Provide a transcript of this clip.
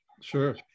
Sure